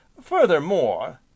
Furthermore—